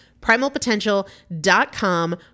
Primalpotential.com